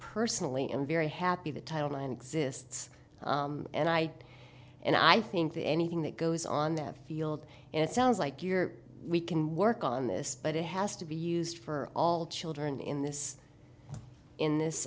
personally am very happy that thailand exists and i and i think that anything that goes on that field and it sounds like your we can work on this but it has to be used for all children in this in this